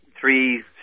three